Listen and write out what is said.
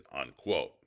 unquote